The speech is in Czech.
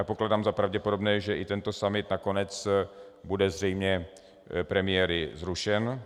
Pokládám za pravděpodobné, že i tento summit nakonec bude zřejmě premiéry zrušen.